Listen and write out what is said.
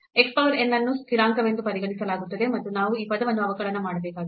x power n ಅನ್ನು ಸ್ಥಿರಾಂಕವೆಂದು ಪರಿಗಣಿಸಲಾಗುತ್ತದೆ ಮತ್ತು ನಾವು ಈ ಪದವನ್ನು ಅವಕಲನ ಮಾಡಬೇಕಾಗಿದೆ